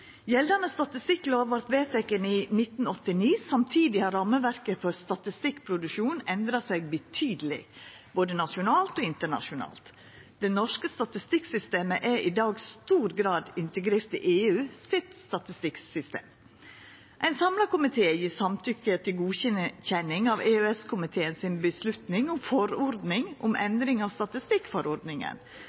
Gjeldande statistikklov vart vedteken i 1989. Samtidig har rammeverket for statistikkproduksjon endra seg betydeleg, både nasjonalt og internasjonalt. Det norske statistikksystemet er i dag i stor grad integrert i EU sitt statistikksystem. Ein samla komité gjev samtykke til godkjenning av EØS-komiteen si avgjerd om forordning om endring av statistikkforordninga.